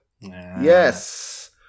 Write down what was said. Yes